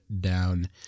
down